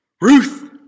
Ruth